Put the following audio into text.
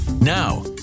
Now